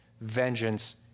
vengeance